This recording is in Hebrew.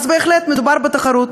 אז בהחלט מדובר בתחרות.